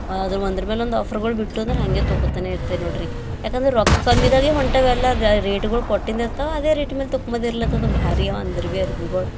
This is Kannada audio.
ಅದು ಒಂದ್ರ ಮೇಲೊಂದು ಆಫರ್ಗಳು ಬಿಟ್ಟು ಅಂದ್ರ ಹಂಗೆ ತೊಗೊತ್ತನೆ ಇರ್ತೆ ನೋಡ್ರಿ ಯಾಕಂದ್ರ ರೊಕ್ಕ ಕಮ್ಮಿದಾಗೇ ಹೊಂಟೆಗಲ್ಲ ರೇಟ್ಗಳು ಕೊಟ್ಟಿಂದಿರ್ತವ ಅದೇ ರೇಟ್ ಮೇಲೆ ತೊಗೊಂಬಂದಿರ್ಲತದ ಭಾರಿ ಒಂದ್ರ ಬಿ ಅರ್ವಿಗಳ್